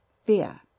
fear